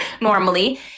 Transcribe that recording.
normally